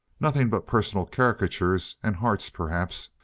nothing but personal caricatures and hearts, perhaps,